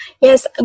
Yes